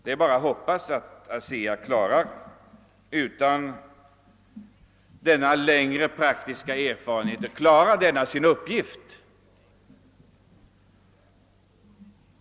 Det är bara att hoppas att ASEA utan motsvarande praktiska erfarenhet skall klara sin uppgift.